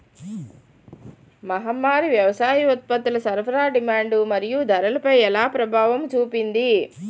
మహమ్మారి వ్యవసాయ ఉత్పత్తుల సరఫరా డిమాండ్ మరియు ధరలపై ఎలా ప్రభావం చూపింది?